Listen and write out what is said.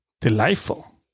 delightful